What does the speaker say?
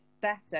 better